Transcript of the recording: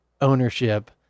ownership